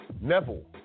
Neville